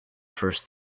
first